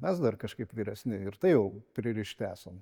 mes dar kažkaip vyresni ir tai jau pririšti esam